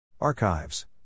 Archives